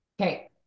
Okay